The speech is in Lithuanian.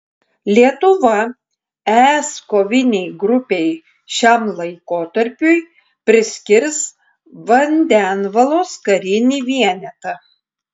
lietuva es kovinei grupei šiam laikotarpiui priskirs vandenvalos karinį vienetą